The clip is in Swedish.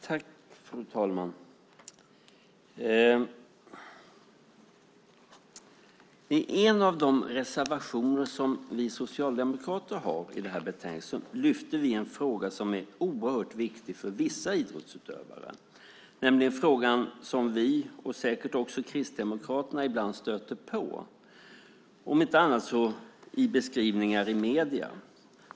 Fru talman! I en av de reservationer som vi socialdemokrater har lyfter vi fram en fråga som är oerhört viktig för vissa idrottsutövare. Det är en fråga som vi och säkert också Kristdemokraterna stöter på, om inte annat så i beskrivningar i medierna.